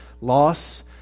loss